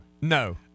no